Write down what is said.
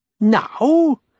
Now